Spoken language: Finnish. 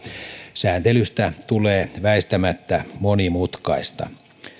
sääntelystä tulee väistämättä monimutkaista